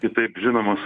kitaip žinomas